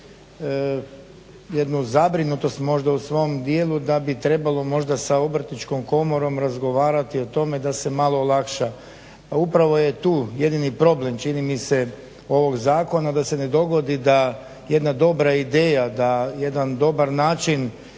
jednu zabrinutost možda u svom dijelu da bi trebalo možda sa Obrtničkom komorom razgovarati o tome da se malo olakša. Pa upravo je tu jedini problem čini mi se ovog zakona da se ne dogodi da jedna dobra ideja, da jedan dobar način